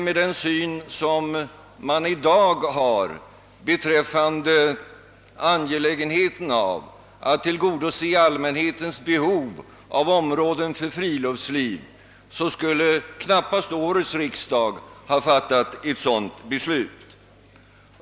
Med den syn som man i dag har beträffande angelägenheten av att tillgodose allmänhetens behov av områden för friluftsliv skulle knappast årets riksdag ha fattat ett sådant beslut.